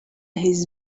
his